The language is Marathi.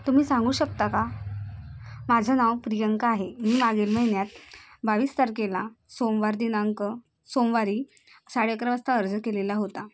तुम्ही सांगू शकता का माझं नाव प्रियंका आहे मी मागील महिन्यात बावीस तारखेला सोमवार दिनांक सोमवारी साडे अकरा वाजता अर्ज केलेला होता